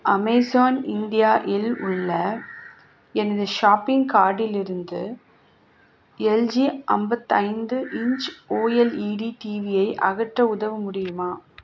Amazon India இல் உள்ள எனது ஷாப்பிங் கார்ட்டிலிருந்து எல்ஜி அம்பத்தைந்து இன்ச் ஓஎல்இடி டிவியை அகற்ற உதவ முடியுமா